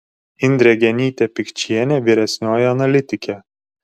indrė genytė pikčienė vyresnioji analitikė